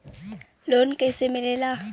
Loan कईसे मिलेला?